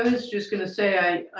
i was just going to say